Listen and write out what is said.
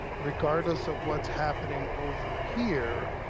regardless of what's happening over here,